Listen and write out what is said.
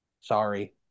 sorry